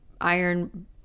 iron